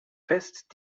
fest